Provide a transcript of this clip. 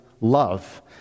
love